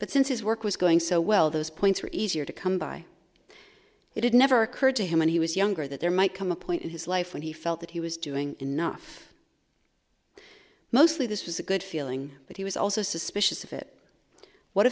but since his work was going so well those points were easier to come by it had never occurred to him when he was younger that there might come a point in his life when he felt that he was doing enough mostly this was a good feeling but he was also suspicious of it what